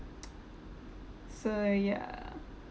so yeah